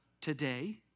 today